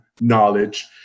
knowledge